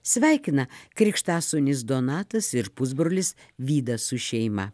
sveikina krikštasūnis donatas ir pusbrolis vydas su šeima